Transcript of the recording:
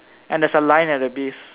and there's a line at the base